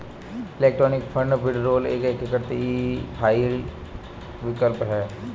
electronic fund withdrawal एक एकीकृत e file विकल्प है